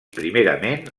primerament